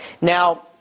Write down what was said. Now